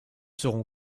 seront